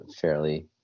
fairly